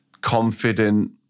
confident